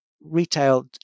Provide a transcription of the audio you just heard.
retail